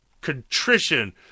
contrition